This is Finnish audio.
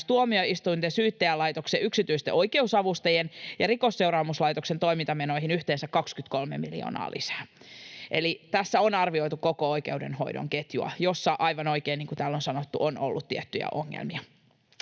tuomioistuinten, Syyttäjälaitoksen, yksityisten oikeusavustajien ja Rikosseuraamuslaitoksen toimintamenoihin yhteensä 23 miljoonaa lisää. Eli tässä on arvioitu koko oikeudenhoidon ketjua, jossa, niin kuin täällä on aivan oikein sanottu, on ollut tiettyjä ongelmia.